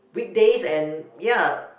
weekdays and ya